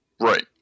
Right